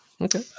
Okay